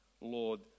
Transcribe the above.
Lord